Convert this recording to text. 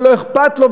ולא אכפת לו,